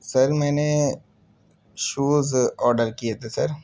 سر میں نے shoes order کیے تھے سر